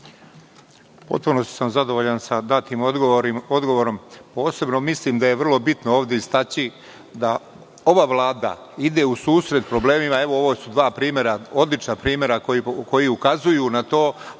potpunosti sam zadovoljan sa datim odgovorom. Posebno mislim da je bitno ovde istaći da ova Vlada ide u susret problemima, ovo su dva odlična primera koja ukazuju na to, a ne